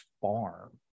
farm